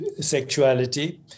sexuality